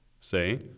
Say